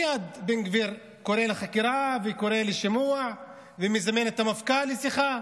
בן גביר היה קורא מייד לחקירה וקורא לשימוע ומזמן את המפכ"ל לשיחה.